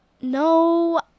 No